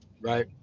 Right